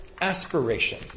aspiration